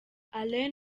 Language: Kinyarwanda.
alain